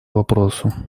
вопросу